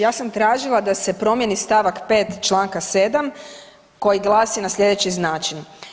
Ja sam tražila da se promijeni stavak 5. Članka 7. koji glasi na slijedeći način.